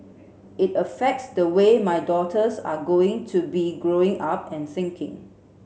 it affects the way my daughters are going to be Growing Up and thinking